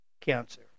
cancer